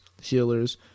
healers